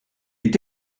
est